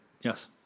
Yes